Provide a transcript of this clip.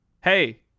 hey